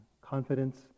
confidence